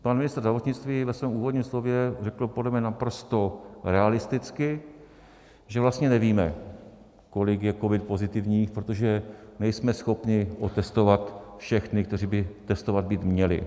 Pan ministr zdravotnictví řekl ve svém úvodním slově podle mě naprosto realisticky, že vlastně nevíme, kolik je COVID pozitivních, protože nejsme schopni otestovat všechny, kteří by testováni být měli.